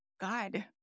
God